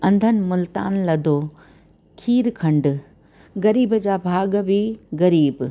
अंधनि मुल्तान लधो खीरु खंडु ग़रीब जा भाॻ बि ग़रीबु